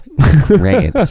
Great